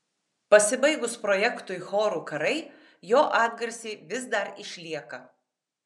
pasibaigus projektui chorų karai jo atgarsiai vis dar išlieka